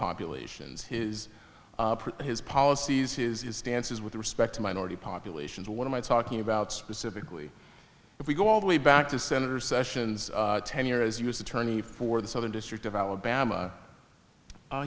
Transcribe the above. populations his his policies his stances with respect to minority populations what am i talking about specifically if we go all the way back to senator sessions tenure as u s attorney for the southern district of alabama